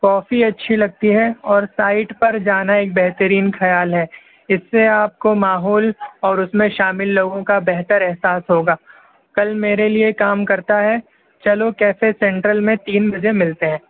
کافی اچھی لگتی ہے اور سائٹ پر جانا ایک بہترین خیال ہے اس سے آپ کو ماحول اور اس میں شامل لوگوں کا بہتر احساس ہو گا کل میرے لیے کام کرتا ہے چلو کیفے سینٹرل میں تین بجے ملتے ہیں